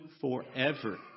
forever